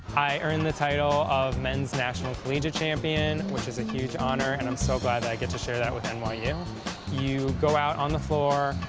i earned the title of men's national collegiate champion which is a huge honor and i'm so glad i get to share that with um ah nyu. you go out on the floor,